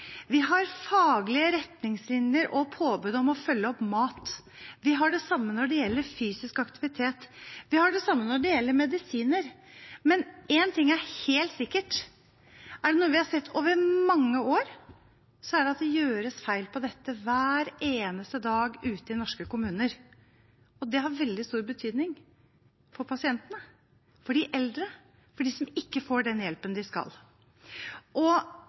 Vi har faglige retningslinjer og påbud om å følge opp når det gjelder mat. Vi har det samme når det gjelder fysisk aktivitet, og vi har det samme når det gjelder medisiner. Men én ting er helt sikkert: Er det noe vi har sett over mange år, er det at det gjøres feil på dette hver eneste dag ute i norske kommuner. Det har veldig stor betydning for pasientene og de eldre – for dem som ikke får den hjelpen de skal.